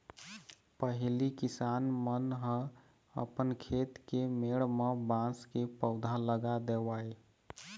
पहिली किसान मन ह अपन खेत के मेड़ म बांस के पउधा लगा देवय